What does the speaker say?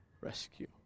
rescue